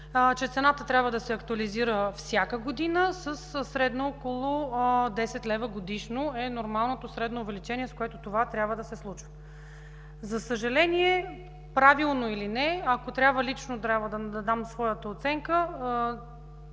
че цената трябва да се актуализира всяка година със средно около 10 лв. годишно и това е нормалното средно увеличение, с което това трябва да се случва. За съжаление, правилно или не, ако трябва лично да дам своята оценка,